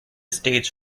stage